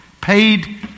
paid